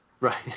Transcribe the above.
Right